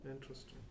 interesting